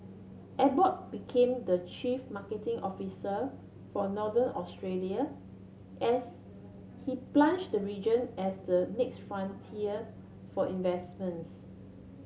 Abbott became the chief marketing officer for Northern Australia as he plunge the region as the next frontier for investments